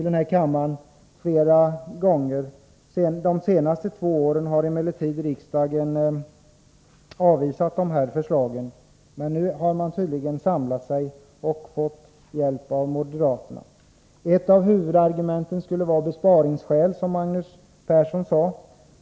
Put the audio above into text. De senaste två åren har emellertid riksdagen avvisat förslagen, men nu har socialdemokraterna tydligen samlat sig och fått hjälp av moderaterna. Ett av huvudargumenten skulle vara besparingsskäl, som Magnus Persson sade.